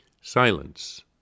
Silence